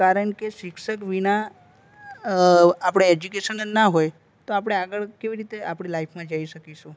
કારણ કે શિક્ષક વિના આપણે એજ્યુકેશન જ ના હોય તો આપણે આગળ કેવી રીતે આપણી લાઈફમાં જઈ શકીશું